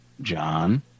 John